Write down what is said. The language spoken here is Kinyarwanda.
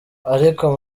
ariko